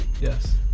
yes